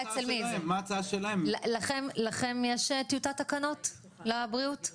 לכם יש טיוטת תקנות לבריאות?